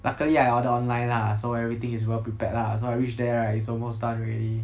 luckily I order online lah so everything is well prepared lah so I reach there right it's almost done already